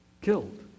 killed